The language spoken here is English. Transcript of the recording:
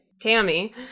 Tammy